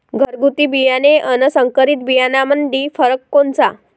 घरगुती बियाणे अन संकरीत बियाणामंदी फरक कोनचा?